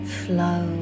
flow